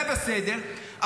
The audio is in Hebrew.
זה בסדר,